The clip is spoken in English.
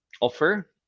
offer